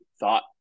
thought